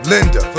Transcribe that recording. Linda